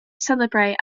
celebrate